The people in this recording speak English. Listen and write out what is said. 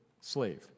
slave